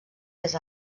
més